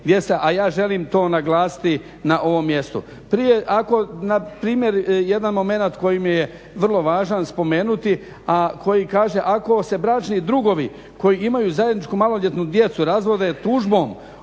a ja želim to naglasiti na ovom mjestu.